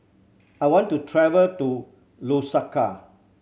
I want to travel to Lusaka